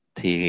Thì